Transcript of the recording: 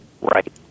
Right